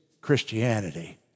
Christianity